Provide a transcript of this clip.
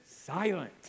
silent